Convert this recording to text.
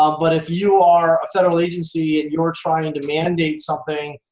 um but if you are a federal agency and you're trying to mandate something,